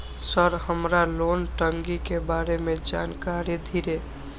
Sir हमरा loan टंगी के बारे में जान कारी धीरे?